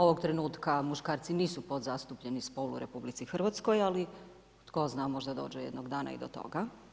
Ovog trenutka muškarci nisu podzastupljeni spol u RH ali tko zna, možda dođe jednog dana i do toga.